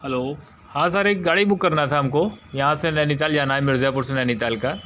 hello हाँ sir एक गाड़ी बुक करना था हमको यहाँ से नैनीताल जाना है मिर्ज़ापुर से नैनीताल का